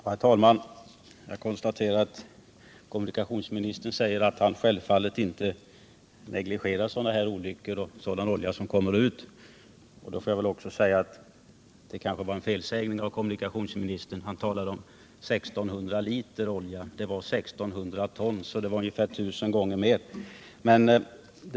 Herr talman! Jag konstaterar att kommunikationsministern säger att han självfallet inte negligerar sådana här olyckor som orsakar oljeutsläpp. Sedan var det väl en felsägning av kommunikationsministern när han talade om 1 600 liter olja. Det var 1600 ton, dvs. tusen gånger mer.